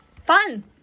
Fun